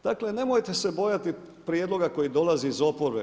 Dakle, nemojte se bojati prijedloga koji dolazi iz oporbe.